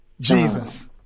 Jesus